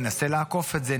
ננסה לעקוף את זה,